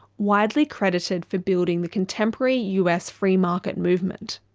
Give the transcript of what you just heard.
widely credited for building the contemporary us free market movement.